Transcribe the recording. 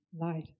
light